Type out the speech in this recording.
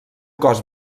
cos